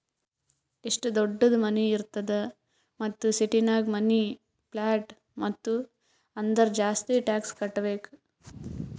ಎಷ್ಟು ದೊಡ್ಡುದ್ ಮನಿ ಇರ್ತದ್ ಮತ್ತ ಸಿಟಿನಾಗ್ ಮನಿ, ಪ್ಲಾಟ್ ಇತ್ತು ಅಂದುರ್ ಜಾಸ್ತಿ ಟ್ಯಾಕ್ಸ್ ಕಟ್ಟಬೇಕ್